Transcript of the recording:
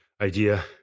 idea